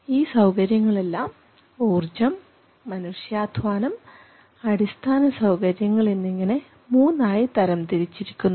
അതിനാൽ ഈ സൌകര്യങ്ങളെല്ലാം ഊർജ്ജം മനുഷ്യാധ്വാനം അടിസ്ഥാന സൌകര്യങ്ങൾ എന്നിങ്ങനെ മൂന്നായി തരംതിരിച്ചിരിക്കുന്നു